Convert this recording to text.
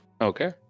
Okay